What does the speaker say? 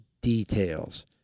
details